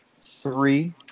three